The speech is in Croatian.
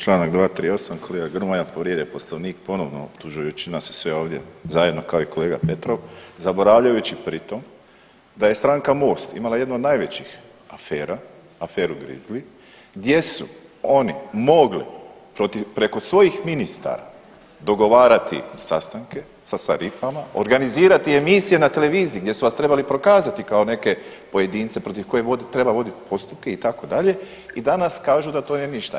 Članak 238., kolega Grmoja povrijedio je Poslovnik ponovno optužujući nas sve ovdje zajedno kao i kolega Petrov zaboravljajući pritom da je stranka MOST imala jednu od najvećih afera, aferu Grizli, gdje su oni mogli preko svojih ministara dogovarati sastanke sa …/nerazumljivo/… organizirati emisije na televiziji gdje su vas trebali prokazati kao neke pojedince protiv kojih treba voditi postupke itd., i danas kažu da to nije ništa.